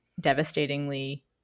devastatingly